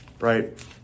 right